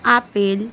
apple